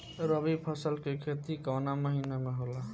रवि फसल के खेती कवना महीना में होला?